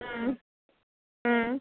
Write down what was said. ம் ம்